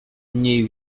mniej